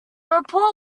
report